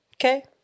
okay